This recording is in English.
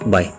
Bye